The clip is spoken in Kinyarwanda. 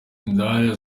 indaya